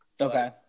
Okay